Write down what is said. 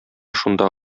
шунда